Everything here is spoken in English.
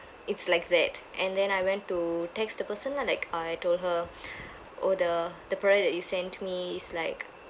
it's like that and then I went to text the person lah like I told her oh the the product that you sent me is like